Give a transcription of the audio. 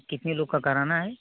कितने लोग का कराना है